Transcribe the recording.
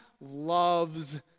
loves